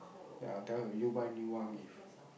then I'll tell her you buy new one give